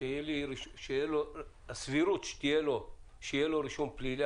כשיש סבירות גבוהה מאוד שיהיה לו רישום פלילי